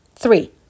Three